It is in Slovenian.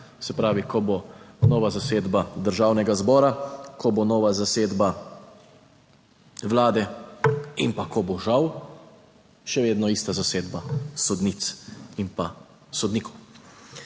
se pravi, ko bo nova zasedba Državnega zbora, ko bo nova zasedba vlade in pa, ko bo žal še vedno ista zasedba sodnic in pa sodnikov,